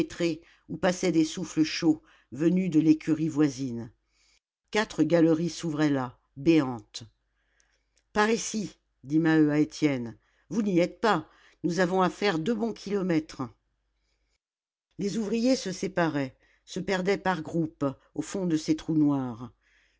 où passaient des souffles chauds venus de l'écurie voisine quatre galeries s'ouvraient là béantes par ici dit maheu à étienne vous n'y êtes pas nous avons à faire deux bons kilomètres les ouvriers se séparaient se perdaient par groupes au fond de ces trous noirs